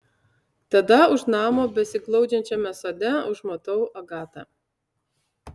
tada už namo besiglaudžiančiame sode užmatau agatą